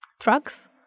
trucks